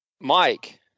Mike